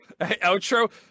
outro